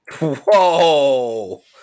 Whoa